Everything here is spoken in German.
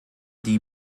die